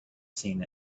seen